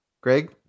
Greg